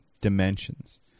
dimensions